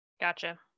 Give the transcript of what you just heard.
Gotcha